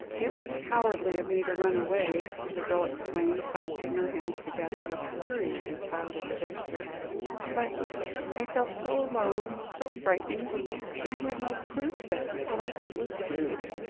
it was cowardly of me to run away, the girl exclaimed, clasping her hands together with a curiously childish gesture but i felt so alone so frightened and i had no proof that what i said was true.